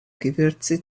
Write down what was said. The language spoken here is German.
gewürze